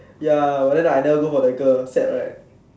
ya but then I never go for the girl sad right